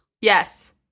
Yes